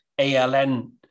ALN